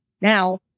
now